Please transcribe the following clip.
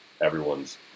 everyone's